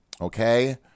okay